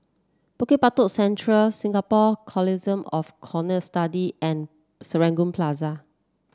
Bukit Batok Central Singapore Consortium of Cohort Study and Serangoon Plaza